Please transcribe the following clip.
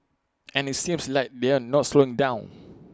and IT seems like they're not slowing down